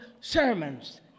sermons